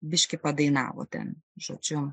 biškį padainavo ten žodžiu